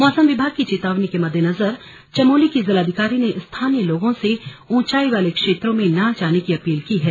मौसम विभाग की चेतावनी के मद्देनजर चमोली की जिलाधिकारी ने स्थानीय लोगों से ऊंचाई वाले क्षेत्रों में न जाने की अपील की है